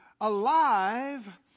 alive